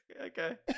Okay